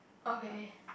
okay